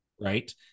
Right